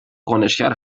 کنشگر